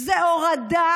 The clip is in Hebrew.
הורדה